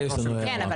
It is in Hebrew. כן,